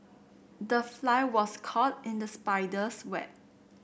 the fly was caught in the spider's web